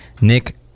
Nick